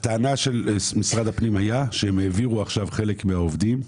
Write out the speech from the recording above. הטענה של משרד הפנים הייתה שהם העבירו עכשיו חלק מהעובדים.